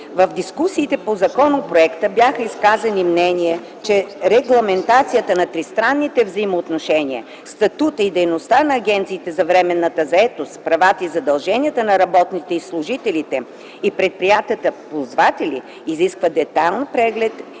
В дискусиите по законопроекта бяха изказани и мнения, че регламентацията на „тристранните взаимоотношения”, статута и дейността на агенциите за временна заетост, правата и задълженията на работниците и служителите и предприятията-ползватели изисква детайлен преглед